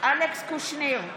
אלכס קושניר,